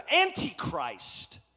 Antichrist